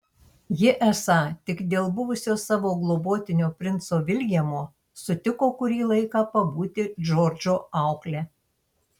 ji esą tik dėl buvusio savo globotinio princo viljamo sutiko kurį laiką pabūti džordžo aukle